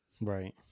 Right